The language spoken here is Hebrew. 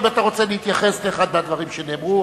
האם אתה רוצה להתייחס לאחד מהדברים שנאמרו?